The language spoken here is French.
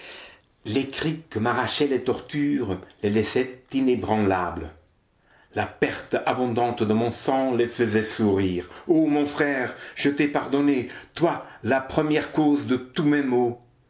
les cris que m'arrachaient les tortures les laissaient inébranlables la perte abondante de mon sang les faisait sourire o mon frère je t'ai pardonné toi la cause première de tous mes maux